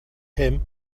him